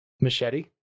Machete